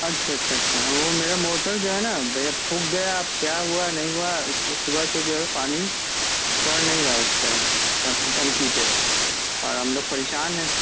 اچھا اچھا اچھا وہ میرا موٹر جو ہے نا بھیا پھک گیا کیا ہوا نہیں ہوا اس کو صبح سے جو ہے پانی چڑھ نہیں رہا ہے اس پہ ٹنک ٹنکی پہ اور ہم لوگ پریشان ہیں